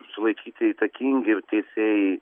sulaikyti įtakingi teisėjai